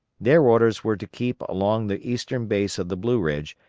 their orders were to keep along the eastern base of the blue ridge,